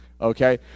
Okay